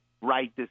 right